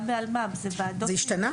זה השתנה?